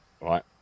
right